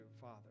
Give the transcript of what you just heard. Father